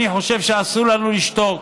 אני חושב שאסור לנו לשתוק.